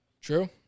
True